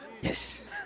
Yes